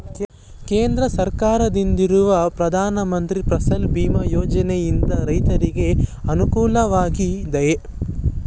ಕೇಂದ್ರ ಸರ್ಕಾರದಿಂದಿರುವ ಪ್ರಧಾನ ಮಂತ್ರಿ ಫಸಲ್ ಭೀಮ್ ಯೋಜನೆಯಿಂದ ರೈತರಿಗೆ ಅನುಕೂಲವಾಗಿದೆಯೇ?